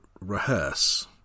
rehearse